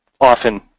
often